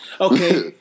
Okay